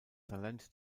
talent